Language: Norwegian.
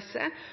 i